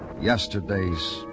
Yesterday's